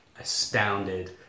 astounded